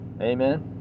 amen